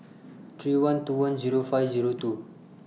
three one two one Zero five Zero two